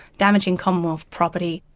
damaging commonwealth property.